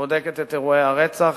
ובודקת את אירועי הרצח.